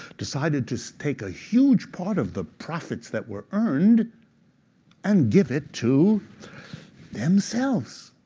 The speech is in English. decided to take a huge part of the profits that were earned and give it to themselves,